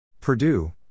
Purdue